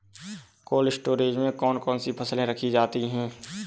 Cold storage में कौन कौन सी फसलें रखी जाती हैं?